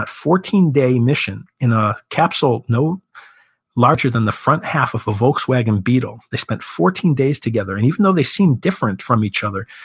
but fourteen day mission in a capsule no larger than the front half of a volkswagen beetle. they spent fourteen days together. and even though they seemed different from each other,